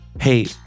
hey